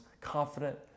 confident